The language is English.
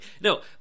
no